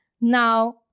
Now